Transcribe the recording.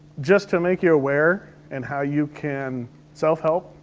just to make you aware and how you can self-help.